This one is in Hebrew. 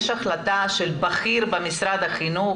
יש החלטה של בכיר במשרד החינוך,